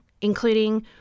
including